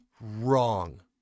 wrong